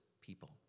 people